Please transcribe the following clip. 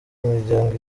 imiryango